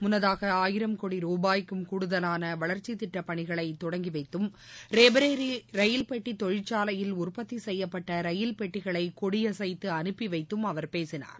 முன்னதாக ஆயிரம் கோடி ரூபாய்க்கும் கூடுதலான வளர்ச்சித் திட்டப் பணிகளை தொடங்கி வைத்தும் ரேபரேலி ரயில் பெட்டி தொழிற்சாலையில் உற்பத்தி செய்யப்பட்ட ரயில் பெட்டிகளை கொடியசைத்து அனுப்பி வைத்தும் அவர் பேசினார்